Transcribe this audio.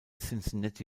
cincinnati